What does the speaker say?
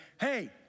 hey